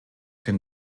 den